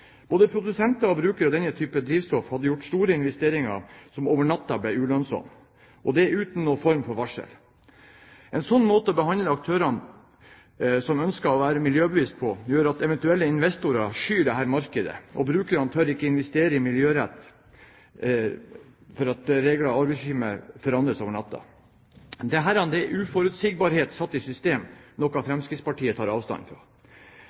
Både produsenter og brukere av denne typen drivstoff hadde gjort store investeringer som over natten ble ulønnsom, og det uten noen form for varsel. En slik måte å behandle aktørene som ønsker å være miljøbevisste, på gjør at eventuelle investorer skyr dette markedet, og brukerne tør ikke investere miljøriktig fordi regel- og avgiftsregimet forandres over natten. Dette er uforutsigbarhet satt i system, noe Fremskrittspartiet tar avstand